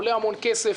עולה המון כסף,